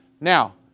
Now